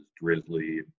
drizzly